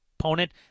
opponent